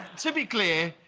to be clear,